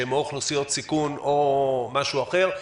שהם או אוכלוסיות סיכון או משהו אחר?